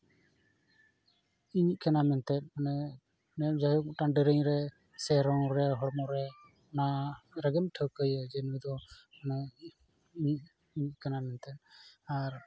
ᱤᱧᱤᱡ ᱠᱟᱱᱟᱭ ᱢᱮᱱᱛᱮ ᱢᱟᱱᱮ ᱢᱮᱱ ᱡᱟᱭᱦᱳᱠ ᱢᱤᱫᱴᱟᱝ ᱫᱮᱨᱮᱧ ᱨᱮ ᱥᱮ ᱨᱚᱝ ᱨᱮ ᱦᱚᱲᱢᱚ ᱨᱮ ᱚᱱᱟᱨᱮᱜᱮᱢ ᱴᱷᱟᱹᱣᱠᱟᱹᱭᱮᱭᱟ ᱡᱮ ᱱᱩᱭ ᱫᱚ ᱤᱧᱤᱡ ᱠᱟᱱᱟᱭ ᱢᱮᱱᱛᱮ ᱟᱨ